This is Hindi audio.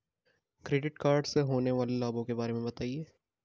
क्रेडिट कार्ड से होने वाले लाभों के बारे में बताएं?